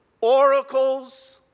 oracles